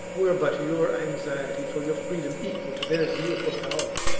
were but your anxiety for your freedom equal to their zeal for power,